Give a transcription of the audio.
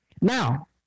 Now